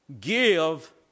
give